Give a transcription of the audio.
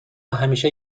همیشه